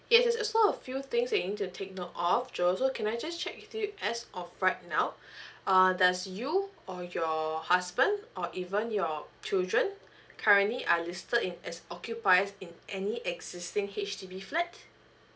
yes as well as a few things thing that you need to take note of joe also can I just check with you as of right now uh does you or your husband or even your children currently are listed in as occupies in any existing H_D_B flat